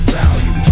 value